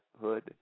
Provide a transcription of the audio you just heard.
hood